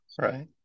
Right